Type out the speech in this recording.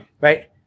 right